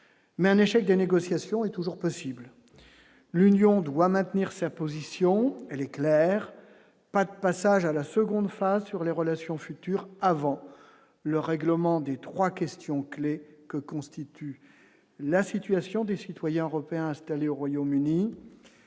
Mais un échec des négociations est toujours possible, l'Union doit maintenir sa position, elle est claire, pas de passage à la seconde phase sur les relations futures avant le règlement des 3 questions-clés que constituent la situation des citoyens européens installés au Royaume-Uni,